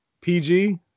PG